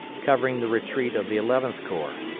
covering the retreat of the eleventh corps,